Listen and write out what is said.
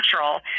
natural